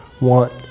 want